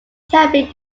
terribly